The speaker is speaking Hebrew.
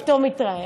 אופטומטראי.